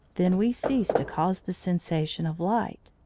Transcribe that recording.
then we cease to cause the sensation of light.